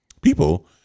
people